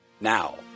now